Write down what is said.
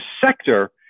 sector